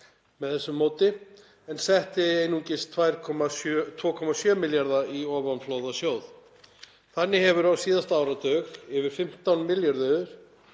með þessu móti en setti einungis 2,7 milljarða í ofanflóðasjóð. Þannig hafa á síðasta áratug yfir 15 milljarðar